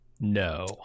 No